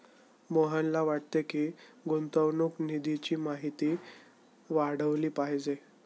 मोहनला वाटते की, गुंतवणूक निधीची माहिती वाढवली पाहिजे